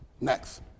Next